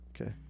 Okay